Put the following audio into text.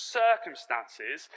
circumstances